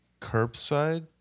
Curbside